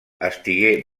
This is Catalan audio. estigué